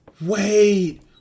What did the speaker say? Wait